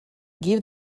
give